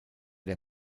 der